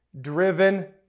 driven